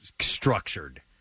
structured